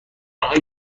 آنهایی